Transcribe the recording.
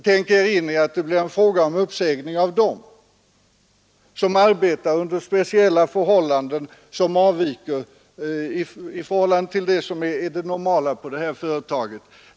Tänk er in i att det blir fråga om uppsägning av dessa lärare, som arbetar under förhållanden som avviker från det normala på detta företag.